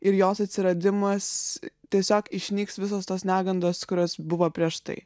ir jos atsiradimas tiesiog išnyks visos tos negandos kurios buvo prieš tai